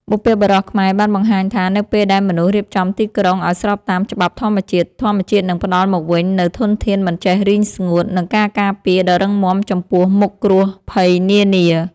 បុព្វបុរសខ្មែរបានបង្ហាញថា នៅពេលដែលមនុស្សរៀបចំទីក្រុងឱ្យស្របតាមច្បាប់ធម្មជាតិ ធម្មជាតិនឹងផ្ដល់មកវិញនូវធនធានមិនចេះរីងស្ងួត និងការការពារដ៏រឹងមាំចំពោះមុខគ្រោះភ័យនានា។